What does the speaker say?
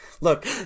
look